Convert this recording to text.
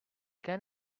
can